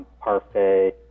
Parfait